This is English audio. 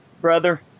brother